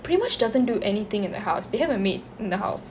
pretty much doesn't do anything in the house they have a maid in the house